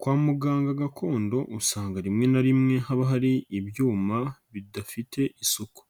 Kwa muganga gakondo usanga rimwe na rimwe haba hari ibyuma bidafite isuku,